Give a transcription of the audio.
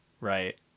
right